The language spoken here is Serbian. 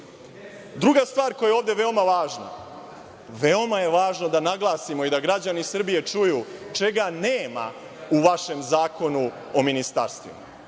stvar koja je ovde veoma važna, veoma je važno da naglasimo i da građani Srbije čuju čega nema u vašem Zakonu o ministarstvima.